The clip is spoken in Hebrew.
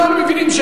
וכולם מבינים,